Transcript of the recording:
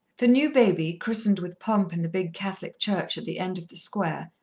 the new baby, christened with pomp in the big catholic church at the end of the square,